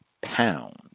pound